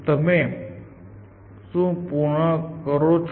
તમે શું પૃન કરો છો